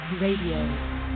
Radio